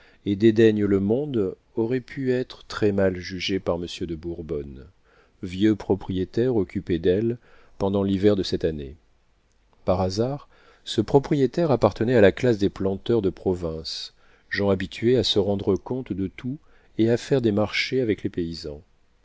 et dédaignent le monde aurait pu être très-mal jugée par monsieur de bourbonne vieux propriétaire occupé d'elle pendant l'hiver de cette année par hasard ce propriétaire appartenait à la classe des planteurs de province gens habitués à se rendre compte de tout et à faire des marchés avec les paysans